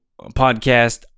podcast